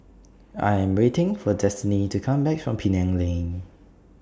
I Am waiting For Destany to Come Back from Penang Lane